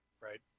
right